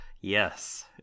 Yes